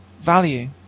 value